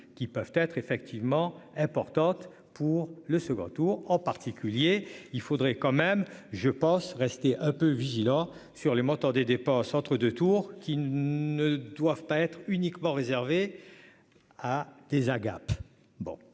qui peuvent être effectivement importante pour le second tour, en particulier, il faudrait quand même je pense rester un peu vigilant sur les montants des dépenses entre 2 tours qui ne doivent pas être uniquement réservée. À des agapes.